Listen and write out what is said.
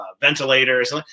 ventilators